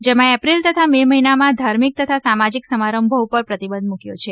જેમાં એપ્રિલ તથા મે મહિનામાં ધાર્મિક તથા સામાજિક સમારંભો ઉપર પ્રતિબંધ મૂક્યો છે